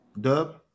Dub